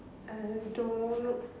I don't